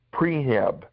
prehab